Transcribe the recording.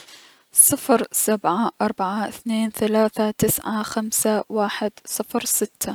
صفر سبعة اربعة اثنين ثلاثة تسعة خمسة واحد صفر ستة.